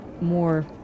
more